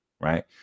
Right